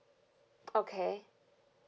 okay